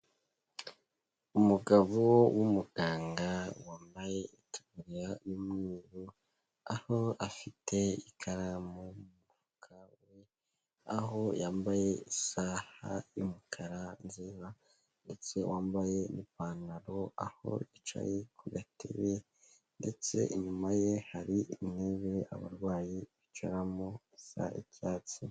Umugabo w’umuganga wambaye itaburiya y'umweru, aho afite ikaramu mu mufuka we, aho yambaye isaha y'umukara nziza ndetse yambaye ipantaro, aho yicaye ku gatebe ndetse inyuma ye hari intebe abarwayi bicara ho isa icyatsi.